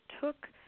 took